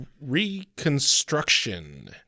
reconstruction